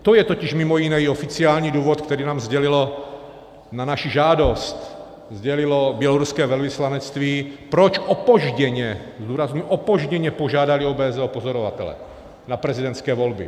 To je totiž mimo jiné i oficiální důvod, který nám sdělilo na naši žádost běloruské velvyslanectví, proč opožděně zdůrazňuji opožděně požádali o OBSE o pozorovatele na prezidentské volby.